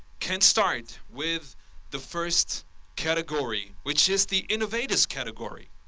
can start with the first category which is the innovators category,